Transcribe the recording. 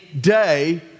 day